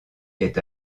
est